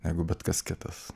negu bet kas kitas